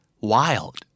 wild